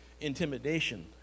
intimidation